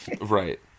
Right